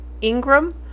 Ingram